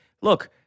look